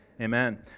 amen